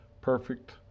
Perfect